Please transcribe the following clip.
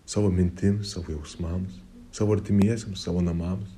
savo mintims savo jausmams savo artimiesiems savo namams